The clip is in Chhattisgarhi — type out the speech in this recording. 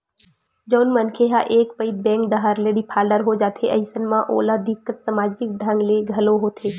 जउन मनखे ह एक पइत बेंक डाहर ले डिफाल्टर हो जाथे अइसन म ओला दिक्कत समाजिक ढंग ले घलो होथे